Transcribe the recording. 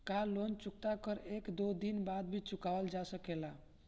का लोन चुकता कर के एक दो दिन बाद भी चुकावल जा सकेला?